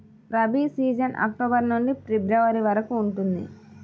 rabi season October నుండి February వరకు ఉంటుంది